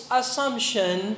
assumption